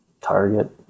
Target